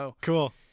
cool